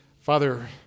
Father